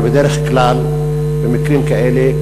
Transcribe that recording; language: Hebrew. ובדרך כלל במקרים כאלה,